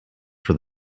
for